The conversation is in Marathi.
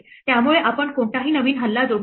त्यामुळे आपण कोणताही नवीन हल्ला जोडला नाही